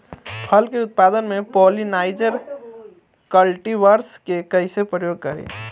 फल के उत्पादन मे पॉलिनाइजर कल्टीवर्स के कइसे प्रयोग करी?